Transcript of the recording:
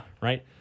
Right